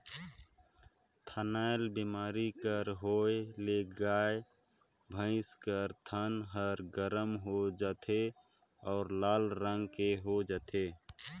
थनैल बेमारी कर होए ले गाय, भइसी कर थन ह गरम हो जाथे अउ लाल रंग कर हो जाथे